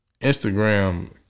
Instagram